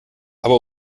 aber